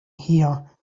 here